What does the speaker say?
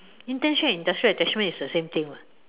internship and industrial attachments is the same thing [what]